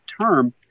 term